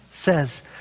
says